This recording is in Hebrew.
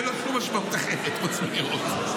אין לה שום משמעות אחרת חוץ מנראות.